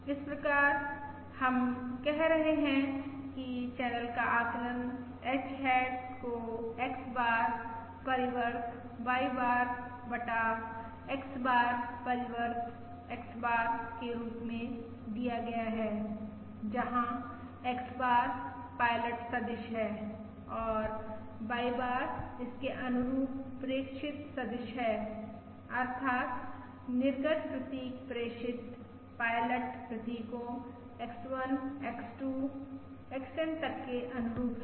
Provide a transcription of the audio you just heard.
इस प्रकार हम कह रहे हैं कि चैनल का आकलन H हैट को X बार परिवर्त Y बार बटा X बार परिवर्त X बार के रूप में दिया गया है जहाँ X बार पायलट सदिश है और Y बार इसके अनुरूप प्रेक्षित सदिश है अर्थात् निर्गत प्रतीक प्रेषित पायलट प्रतीकों X1 X2 XN तक के अनुरूप है